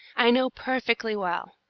i know perfectly well.